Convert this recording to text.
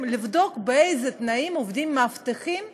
לבדוק באיזה תנאים עובדים המאבטחים שלהם,